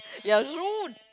ya Jude